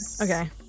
Okay